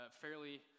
fairly